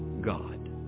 God